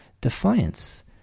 defiance